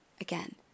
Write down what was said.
again